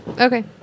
Okay